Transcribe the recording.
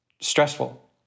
stressful